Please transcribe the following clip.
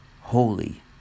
Holy